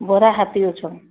ବରାହା ହାତୀ ଅଛନ୍ତି